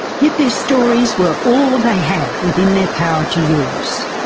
yet their stories were all they had within their power to use.